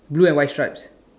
blue and white stripes